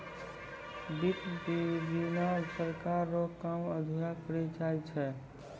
वित्त बिना सरकार रो काम अधुरा पड़ी जाय छै